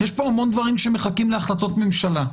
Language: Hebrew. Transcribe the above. יש פה המון דברים שמחכים להחלטות ממשלה.